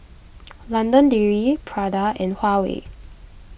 London Dairy Prada and Huawei